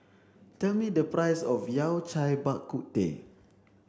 tell me the price of Yao Cai Bak Kut Teh